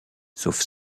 sauf